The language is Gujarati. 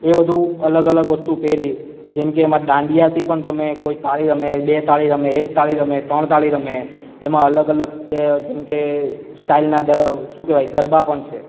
એ બધું અલગ અલગ વસ્તુ પહેરી જેમ કે એમાં ડાંડિયાથી પણ રમે કોઈ તાળી રમે બે તાળી રમે એક તાળી રમે ત્રણ તાળી રમે એમાં અલગ અલગ સ્કે જેમ કે સ્ટાઇલના દર શું કહેવાય ગરબા પણ છે